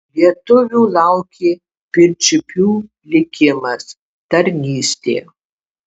lietuvių laukė pirčiupių likimas tarnystė